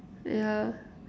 yeah